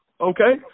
Okay